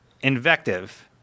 Invective